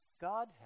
God